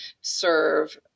serve